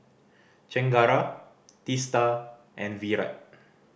Chengara Teesta and Virat